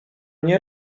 nie